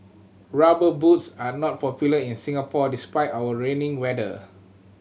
Rubber Boots are not popular in Singapore despite our rainy weather